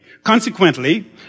Consequently